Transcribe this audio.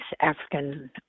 African